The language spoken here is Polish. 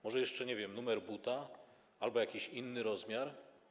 Może jeszcze, nie wiem, numer buta albo jakiś inny rozmiar?